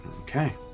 Okay